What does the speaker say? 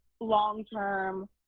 long-term